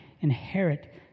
inherit